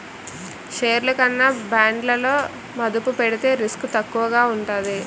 షేర్లు కన్నా బాండ్లలో మదుపు పెడితే రిస్క్ తక్కువగా ఉంటాది